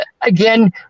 again